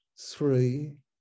three